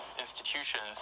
institutions